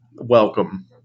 Welcome